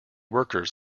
workers